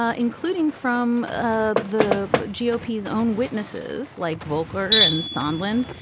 ah including from ah the g o p s own witnesses like voelker and sunland.